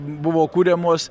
buvo kuriamos